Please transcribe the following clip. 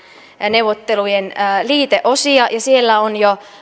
neuvottelujen liiteosia ja siellä on jo